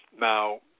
Now